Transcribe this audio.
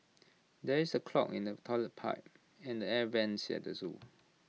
there is A clog in the Toilet Pipe and air Vents at the Zoo